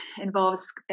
involves